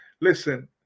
listen